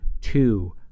two